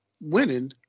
Winning